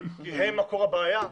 כי הם מקור הבעיה,